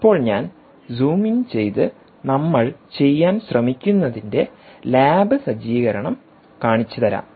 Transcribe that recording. ഇപ്പോൾ ഞാൻ zoom in ചെയ്ത് നമ്മൾ ചെയ്യാൻ ശ്രമിക്കുന്നതിന്റെ ലാബ് സജ്ജീകരണം കാണിച്ചുതരാം